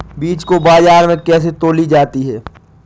बीज को बाजार में कैसे तौली जाती है?